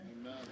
Amen